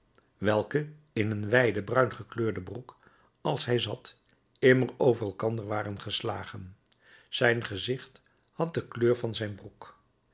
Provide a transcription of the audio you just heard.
welke in een wijde bruin gekleurde broek als hij zat immer over elkander waren geslagen zijn gezicht had de kleur van zijn broek